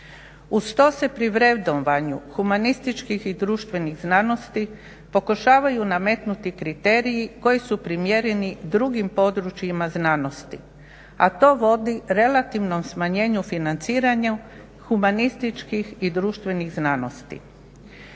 Uz to se pri vrednovanju humanističkih i društvenih znanosti pokušavaju nametnuti kriteriji koji su primjereni drugim područjima znanosti, a to vodi relativnom smanjenju financiranja humanističkih i društvenih znanosti.